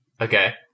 Okay